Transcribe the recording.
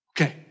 Okay